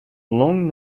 long